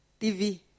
TV